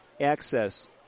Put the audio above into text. access